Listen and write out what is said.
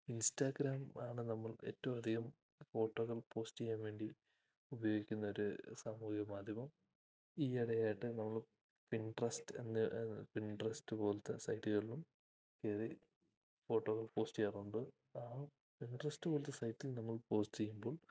Instagram ആണ് നമ്മൾ ഏറ്റവും അധികം ഫോട്ടോകൾ പോസ്റ്റ് ചെയ്യാൻ വേണ്ടി ഉപയോഗിക്കുന്ന ഒരു സാമൂഹിക മാധ്യമം ഈ ഇടയായിട്ട് നമ്മൾ പിൻട്രസ്റ്റ് എന്ന പിൻട്രസ്റ്റ് പോലത്തെ സൈറ്റുകളിലും കയറി ഫോട്ടോകൾ പോസ്റ്റ് ആ പിൻട്രസ്റ്റ് പോലത്തെ സൈറ്റിൽ നമ്മൾ പോസ്റ്റ് ചെയ്യുമ്പോൾ